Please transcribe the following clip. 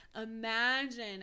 imagine